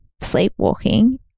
sleepwalking